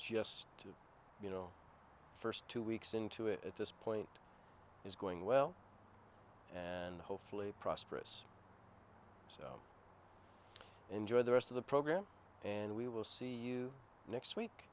just you know first two weeks into it at this point is going well and hopefully prosperous so enjoy the rest of the program and we will see you next week